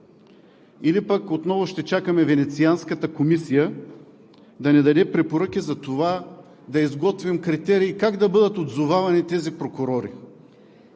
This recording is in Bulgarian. или пък отново ще чакаме Венецианската комисия да ни даде препоръки за това да изготвим критерии как да бъдат отзовавани тези прокурори?